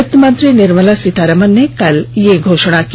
वित्तमंत्री निर्मला सीतारमण ने कल यह घोषणा की